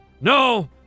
no